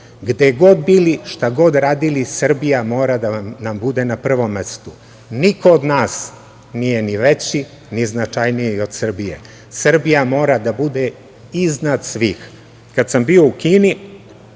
Gde god bili, šta god radili Srbija mora da nam bude na prvom mestu. Niko od nas nije ni veći, ni značajniji od Srbije, Srbija mora da bude iznad svih. Kad sam bio u Kini,